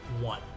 One